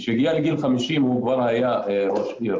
כשהוא הגיע לגיל 50 הוא כבר היה ראש עיר